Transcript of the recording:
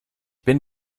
bin